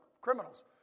Criminals